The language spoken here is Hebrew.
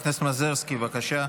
חברת הכנסת מזרסקי, בבקשה.